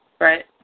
Right